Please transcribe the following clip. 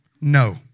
No